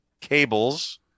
cables